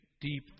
deep